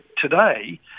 today